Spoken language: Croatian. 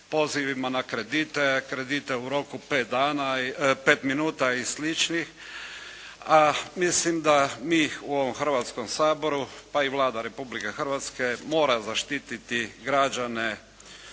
pozivima na kredite a kredite u roku od pet minuta i sličnih a mislim da mi u ovom Hrvatskom saboru pa i Vlada Republike Hrvatske mora zaštititi građane